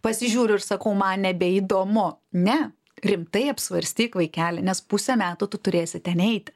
pasižiūriu ir sakau man nebeįdomu ne rimtai apsvarstyk vaikeli nes pusę metų tu turėsi ten eiti